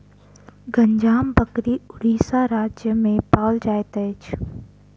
गंजाम बकरी उड़ीसा राज्य में पाओल जाइत अछि